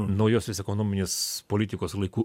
naujosios ekonominės politikos laikų